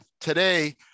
today